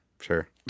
Sure